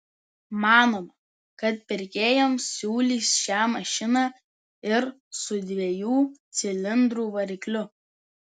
manoma kad pirkėjams siūlys šią mašiną ir su dviejų cilindrų varikliu